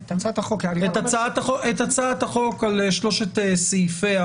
את הצעת החוק על שלושת סעיפיה.